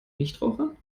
nichtrauchern